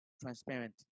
transparent